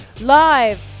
live